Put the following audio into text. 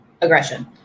aggression